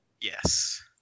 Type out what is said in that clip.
yes